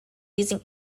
using